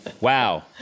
Wow